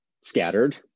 scattered